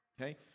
Okay